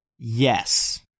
Yes